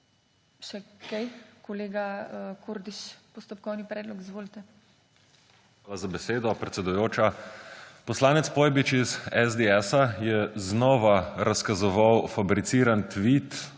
Še kaj? Kolega Kordiš, postopkovni predlog, izvolite.